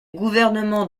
gouvernement